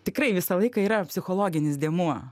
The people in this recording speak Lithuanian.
tikrai visą laiką yra psichologinis dėmuo